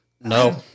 No